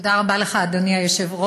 תודה רבה לך, אדוני היושב-ראש.